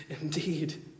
indeed